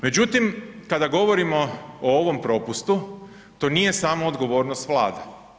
Međutim kada govorimo o ovom propustu, to nije samo odgovornost Vlade.